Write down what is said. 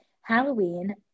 Halloween